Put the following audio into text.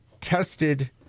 tested